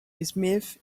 smith